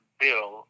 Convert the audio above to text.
bill